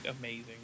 amazing